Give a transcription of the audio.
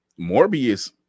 Morbius